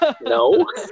no